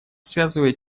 связывает